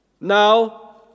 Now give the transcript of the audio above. Now